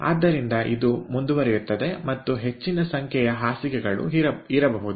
ಆದ್ದರಿಂದ ಇದು ಮುಂದುವರಿಯುತ್ತದೆ ಮತ್ತು ಹೆಚ್ಚಿನ ಸಂಖ್ಯೆಯ ಬೆಡ್ ಗಳು ಇರಬಹುದು